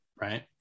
Right